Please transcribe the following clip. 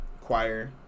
choir